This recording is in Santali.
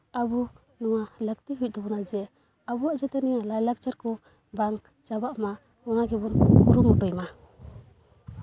ᱟᱵᱚ ᱱᱚᱣᱟ ᱞᱟᱹᱠᱛᱤ ᱦᱩᱭᱩᱜ ᱛᱟᱵᱚᱱᱟ ᱡᱮ ᱟᱵᱚᱣᱟᱜ ᱡᱟᱛᱮ ᱱᱤᱭᱟᱹ ᱞᱟᱭᱼᱞᱟᱠᱪᱟᱨ ᱠᱚ ᱵᱟᱝ ᱪᱟᱵᱟᱜ ᱢᱟ ᱚᱱᱟ ᱜᱮᱵᱚᱱ ᱠᱩᱨᱩᱢᱩᱴᱩᱭ ᱢᱟ